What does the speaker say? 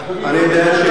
אדוני יודע,